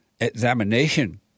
examination